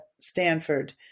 Stanford